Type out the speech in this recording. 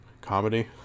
comedy